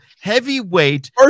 heavyweight